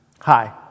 Hi